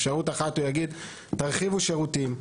אפשרות אחת, הוא יגיד, תרחיבו שירותים.